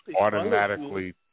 automatically